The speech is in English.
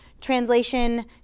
translation